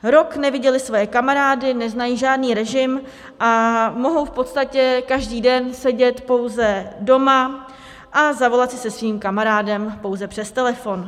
Rok neviděly své kamarády, neznají žádný režim a mohou v podstatě každý den sedět pouze doma a zavolat si se svým kamarádem pouze přes telefon.